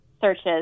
searches